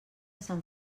sant